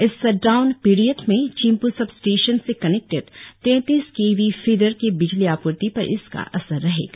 इस shutdown period में चिम्प् सब स्टेशन से कनेक्टेट तैंतीस के वी फिडर के बिजली आपूर्ती पर इसका असर रहेगा